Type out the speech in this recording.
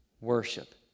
worship